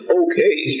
okay